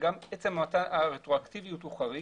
וגם עצם הרטרואקטיביות הוא חריג.